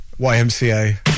YMCA